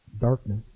darkness